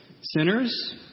sinners